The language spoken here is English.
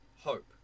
hope